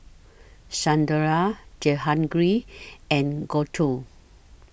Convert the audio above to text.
Sunderlal Jehangirr and Gouthu